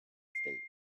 states